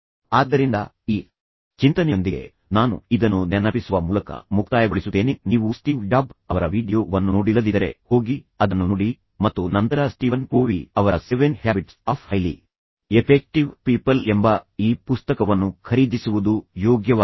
ಆದ್ದರಿಂದ ಈ ಚಿಂತನೆಯೊಂದಿಗೆ ನಾನು ಇದನ್ನು ನೆನಪಿಸುವ ಮೂಲಕ ಮುಕ್ತಾಯಗೊಳಿಸುತ್ತೇನೆಃ ನೀವು ಸ್ಟೀವ್ ಜಾಬ್ Steve Job's ಅವರ ವೀಡಿಯೊ ವನ್ನು ನೋಡಿಲ್ಲದಿದ್ದರೆ ಹೋಗಿ ಅದನ್ನು ನೋಡಿ ಮತ್ತು ನಂತರ ಸ್ಟೀವನ್ ಕೋವೀ Steven Covey's ಅವರ seven habits of highly effective people ಎಂಬ ಈ ಪುಸ್ತಕವನ್ನು ಖರೀದಿಸುವುದು ಯೋಗ್ಯವಾಗಿದೆ